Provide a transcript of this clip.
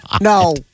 No